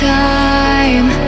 time